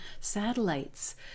satellites